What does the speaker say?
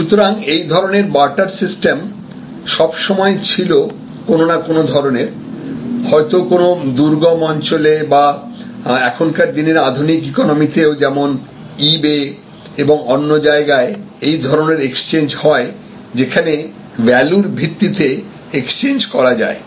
সুতরাং এই ধরনের বার্টার সিস্টেম সব সময় ছিল কোন না কোন ধরনের হয়তো কোনো দুর্গম অঞ্চলে বা এখনকার দিনের আধুনিক ইকোনমিতে ও যেমন e bay এবং অন্য জায়গায় এই ধরনের এক্সচেঞ্জ হয় যেখানে ভ্যালুর ভিত্তিতে এক্সচেঞ্জ করা যায়